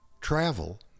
travel